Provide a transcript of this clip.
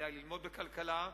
בוודאי ללמוד כלכלה,